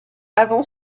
avant